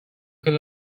could